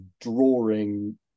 drawing